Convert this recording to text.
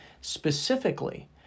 specifically